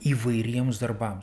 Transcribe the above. įvairiems darbams